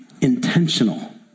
intentional